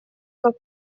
как